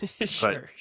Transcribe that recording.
Sure